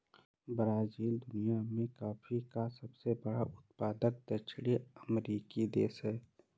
Brazil दुनिया में coffee का सबसे बड़ा उत्पादक दक्षिणी अमेरिकी देश है